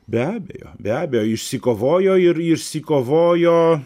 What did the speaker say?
be abejo be abejo išsikovojo ir išsikovojo